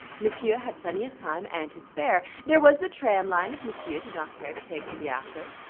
m'sieur had plenty of time, and to spare. there was the tram line, if m'sieur did not care to take a fiacre.